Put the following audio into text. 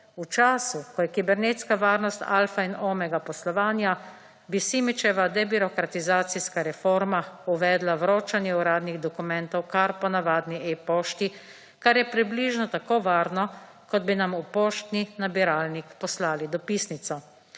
V času ko je kibernetska varnost alfa in omega poslovanja bi Simičeva debirokratizacijska reforma uvedla vročanje uradnih dokumentov kar po0 navadni e-pošti, kar je približno tako varno kot bi nam v poštni nabiralnik poslali dopisnico.